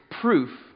proof